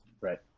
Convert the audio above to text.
Right